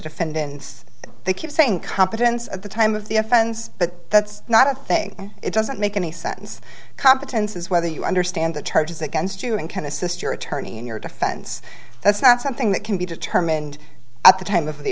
defendants they keep saying competence at the time of the offense but that's not a thing it doesn't make any sense competence is whether you understand the charges against you and can assist your attorney in your defense that's not something that can be determined at the time of the